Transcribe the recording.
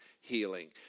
healing